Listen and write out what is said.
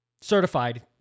Certified